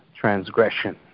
transgression